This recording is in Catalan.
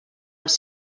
els